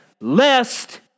lest